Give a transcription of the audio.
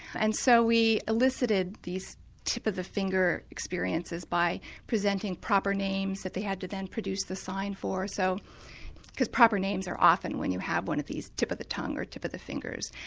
and so we elicited these tip of the finger experiences by presenting proper names that they had to then produce the sign for, so because proper names are often when you have one of these tip of the tongue or tip of the fingers.